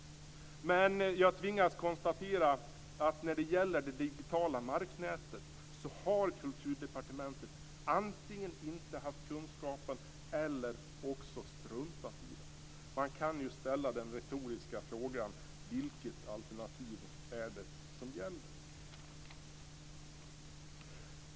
Men jag tvingas konstatera att när det gäller det digitala märknätet har Kulturdepartementet antingen inte haft kunskapen eller också struntat i den. Man kan ju ställa den retoriska frågan: Vilket alternativ är det som gäller?